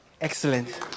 Excellent